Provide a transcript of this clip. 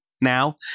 now